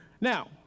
Now